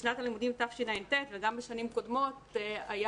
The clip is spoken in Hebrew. בשנת הלימודים תשע"ט וגם בשנים קודמות היה